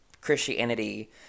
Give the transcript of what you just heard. christianity